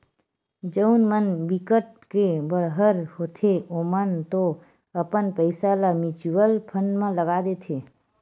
जउन मन बिकट के बड़हर होथे ओमन तो अपन पइसा ल म्युचुअल फंड म लगा देथे